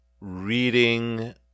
reading